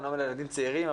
אמנם לילדים צעירים,